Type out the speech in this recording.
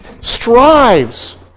strives